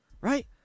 Right